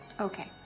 Okay